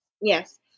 Yes